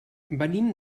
venim